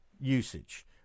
usage